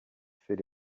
fait